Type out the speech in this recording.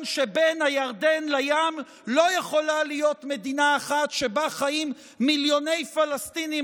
שבין הירדן לים לא יכולה להיות מדינה אחת שבה חיים מיליוני פלסטינים